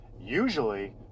usually